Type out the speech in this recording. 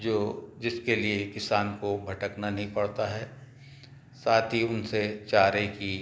जो जिसके लिए किसान को भटकना नहीं पड़ता है साथ ही उनसे चारे की